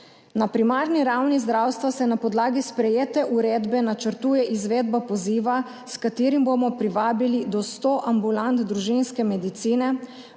Na primarni ravni zdravstva se na podlagi sprejete uredbe načrtuje izvedba poziva, s katerim bomo privabili do sto ambulant družinske medicine,